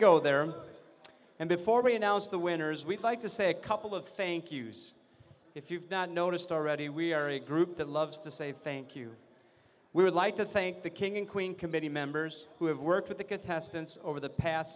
go there and before we announce the winners we'd like to say a couple of think use if you've not noticed already we are a group that loves to say thank you we would like to thank the king and queen committee members who have worked with the contestants over the past